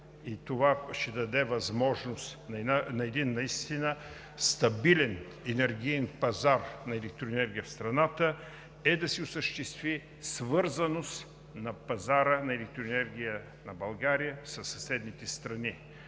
и това ще даде възможност на един наистина стабилен енергиен пазар на електроенергия в страната, е да се осъществи свързаност на пазара на електроенергия на България със съседните страни.